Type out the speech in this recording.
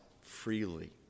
freely